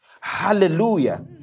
Hallelujah